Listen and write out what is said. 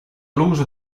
l’uso